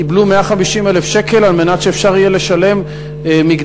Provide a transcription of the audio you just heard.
קיבלו 150,000 שקל על מנת שאפשר יהיה לשלם מקדמות,